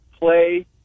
play